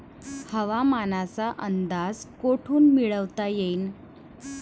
हवामानाचा अंदाज कोठून मिळवता येईन?